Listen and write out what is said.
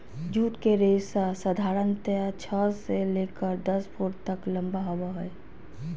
jute के रेशा साधारणतया छह से लेकर दस फुट तक लम्बा होबो हइ